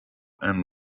and